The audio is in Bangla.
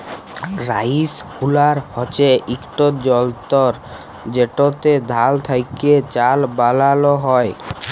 রাইসহুলার হছে ইকট যল্তর যেটতে ধাল থ্যাকে চাল বালাল হ্যয়